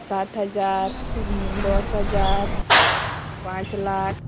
ᱥᱟᱛ ᱦᱟᱡᱟᱨ ᱫᱚᱥ ᱦᱟᱡᱟᱨ ᱯᱟᱸᱪ ᱞᱟᱠᱷ